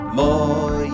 more